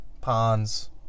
Ponds